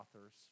authors